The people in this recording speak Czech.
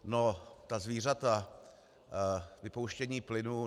No, ta zvířata, vypouštění plynu.